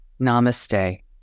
namaste